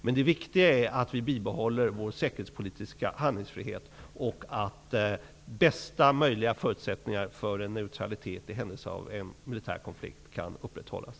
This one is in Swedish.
Men det viktiga är att vi bibehåller vår säkerhetspolitiska handlingsfrihet och att bästa möjliga förutsättningar för en neutralitet i händelse av en militär konflikt kan upprätthållas.